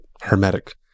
hermetic